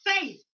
faith